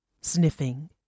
sniffing